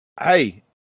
Hey